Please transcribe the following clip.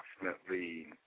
approximately